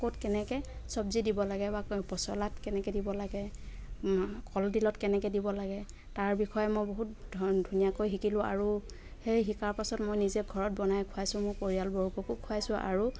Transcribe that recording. ক'ত কেনেকৈ চব্জি দিব লাগে বা পচলাত কেনেকৈ দিব লাগে কলডিলত কেনেকৈ দিব লাগে তাৰ বিষয়ে মই বহুত ধুনীয়াকৈ শিকিলোঁ আৰু সেই শিকাৰ পাছত মই নিজে ঘৰত বনাই খুৱাইছোঁ মোৰ পৰিয়ালবোৰককো খুৱাইছোঁ আৰু